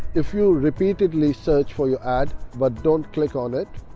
if you repeatedly search for your ad but don't click on it,